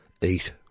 eat